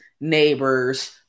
neighbors